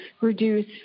reduce